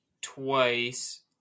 twice